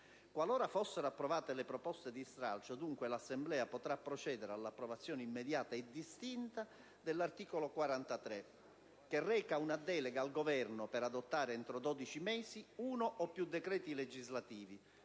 Qualora fossero approvate le proposte di stralcio, l'Assemblea potrà procedere all'approvazione immediata e distinta dell'articolo 43, che reca una delega al Governo per adottare, entro 12 mesi, uno o più decreti legislativi